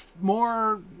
more